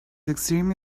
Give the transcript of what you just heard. extremely